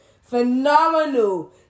phenomenal